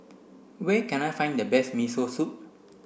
where can I find the best Miso Soup